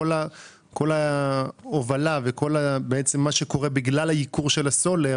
כל ההובלה ובעצם כל מה שקורה בגלל הייקור של הסולר